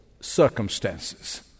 circumstances